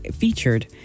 featured